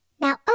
now